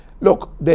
look